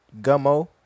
Gummo